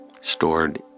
stored